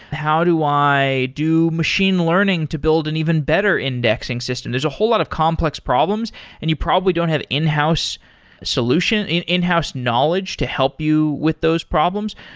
how do i do machine learning to build an even better indexing system? there's a whole lot of complex problems and you probably don't have in-house solution, in in house knowledge to help you with those problems.